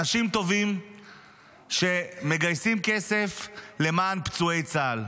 אנשים טובים שמגייסים כסף למען פצועי צה"ל.